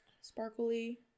sparkly